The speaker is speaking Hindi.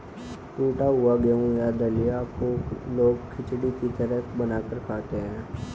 टुटा हुआ गेहूं या दलिया को लोग खिचड़ी की तरह बनाकर खाते है